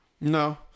no